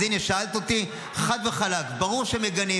אז הינה, שאלת אותי, חד וחלק, ברור שמגנים.